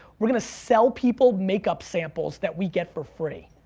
we're gonna sell people makeup samples that we get for free.